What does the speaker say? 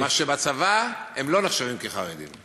מה שבצבא, הם לא נחשבים כחרדים.